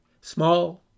small